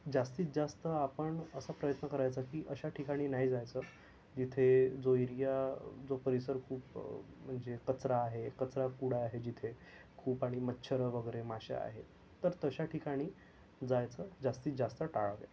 जास्तीत जास्त आपण असा प्रयत्न करायचा की अशा ठिकाणी नाही जायचं जिथे जो एरिया जो परिसर खूप म्हणजे कचरा आहे कचरा कुडा आहे जिथे खूप आणि मच्छर वगैरे माशा आहेत तर तशा ठिकाणी जायचं जास्तीत जास्त टाळावे